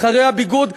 מחירי הביגוד.